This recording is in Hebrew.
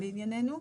לענייננו,